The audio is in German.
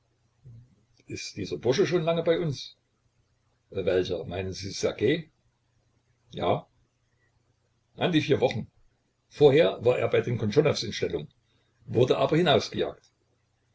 ist dieser bursche schon lange bei uns welcher meinen sie ssergej ja an die vier wochen vorher war er bei den kontschonows in stellung wurde aber